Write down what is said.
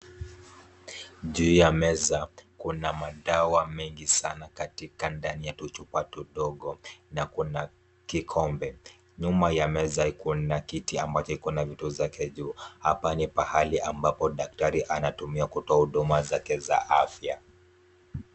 Juu ya meza kuna madawa mengi sana katika ndani ya tuchupa tudogo na kuna kikombe. Nyuma ya meza kuna kiti ambacho kina vitu zake juu. Hapa ni pahali ambapo daktari anatumia kutoa huduma zake za afya.